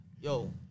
yo